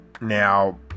now